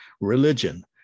religion